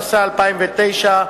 התש"ע 2010,